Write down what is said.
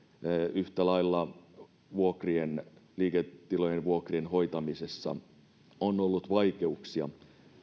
yhtä lailla liiketilojen vuokrien hoitamisessa on ollut vaikeuksia